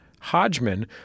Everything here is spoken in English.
Hodgman